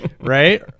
right